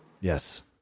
Yes